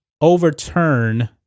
overturn